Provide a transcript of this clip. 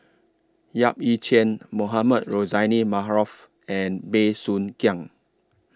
Yap Ee Chian Mohamed Rozani Maarof and Bey Soo Khiang